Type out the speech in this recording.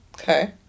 Okay